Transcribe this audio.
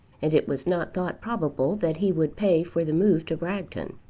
and it was not thought probable that he would pay for the move to bragton.